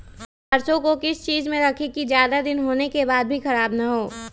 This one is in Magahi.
सरसो को किस चीज में रखे की ज्यादा दिन होने के बाद भी ख़राब ना हो?